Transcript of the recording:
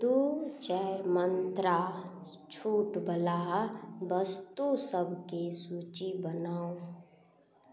दुइ चारि मन्त्रा छूटवला वस्तु सबके सूची बनाउ